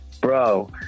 bro